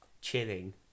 Chilling